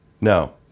No